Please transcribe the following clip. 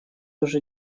уже